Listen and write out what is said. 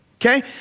okay